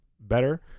Better